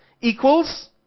equals